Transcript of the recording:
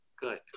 Good